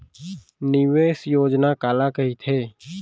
निवेश योजना काला कहिथे?